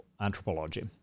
anthropology